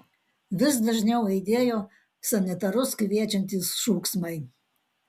vis dažniau aidėjo sanitarus kviečiantys šūksmai